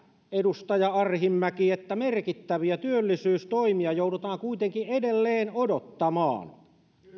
edustaja arhinmäki että merkittäviä työllisyystoimia joudutaan kuitenkin edelleen odottamaan